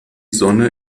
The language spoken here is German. sonne